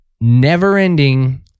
never-ending